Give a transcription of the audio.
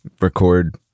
record